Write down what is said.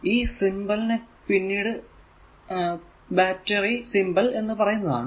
ഈ സിംബൽ നെ പിന്നീട് ബാറ്ററി സിംബൽ എന്ന് പറയുന്നതാണ്